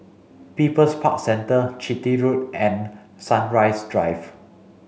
People's Park Centre Chitty Road and Sunrise Drive